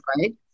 right